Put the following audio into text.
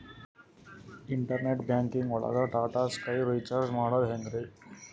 Internet banking ಒಳಗ್ Tata Sky recharge ಮಾಡದ್ ಹೆಂಗ್ರೀ?